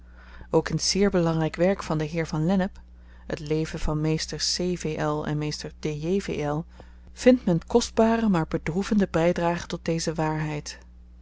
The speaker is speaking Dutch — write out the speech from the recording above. ook in t zeer belangryk werk van den heer van lennep het leven van mr c v l en mr d j v l vindt men kostbare maar bedroevende bydragen tot deze waarheid